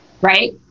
right